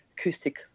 acoustic